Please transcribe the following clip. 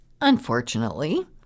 unfortunately